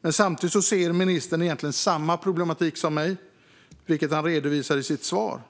Men samtidigt ser ministern egentligen samma problematik som jag, vilket han redovisar i sitt svar.